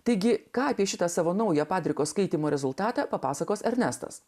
taigi ką kitą savo naujo padriko skaitymo rezultatą papasakos ernestas